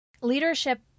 Leadership